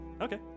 Okay